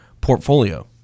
portfolio